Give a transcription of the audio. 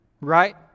right